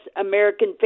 American